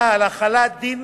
על החלת דין